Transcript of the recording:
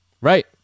Right